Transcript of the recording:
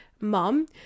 mom